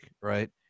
right